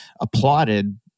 applauded